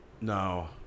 No